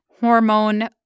hormone